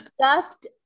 stuffed